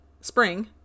spring